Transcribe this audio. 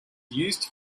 used